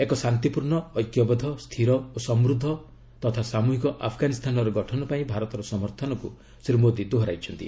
ଏକ ଶାନ୍ତିପୂର୍ଣ୍ଣ ଐକ୍ୟବଦ୍ଧ ସ୍ଥିର ସମୃଦ୍ଧ ଓ ସାମୁହିକ ଆଫ୍ଗାନିସ୍ତାନର ଗଠନ ପାଇଁ ଭାରତର ସମର୍ଥନକୁ ଶ୍ରୀ ମୋଦୀ ଦୋହରାଇଛନ୍ତି